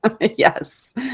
Yes